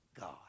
God